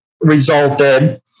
resulted